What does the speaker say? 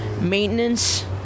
maintenance